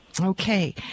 Okay